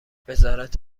وزارت